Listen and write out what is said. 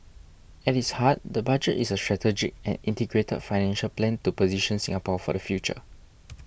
at its heart the budget is a strategic and integrated financial plan to position Singapore for the future